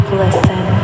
listen